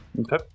okay